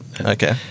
Okay